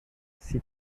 sie